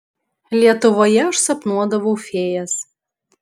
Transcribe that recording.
lietuvoje aš sapnuodavau fėjas